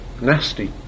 nasty